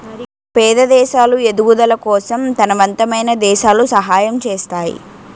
పేద దేశాలు ఎదుగుదల కోసం తనవంతమైన దేశాలు సహాయం చేస్తాయి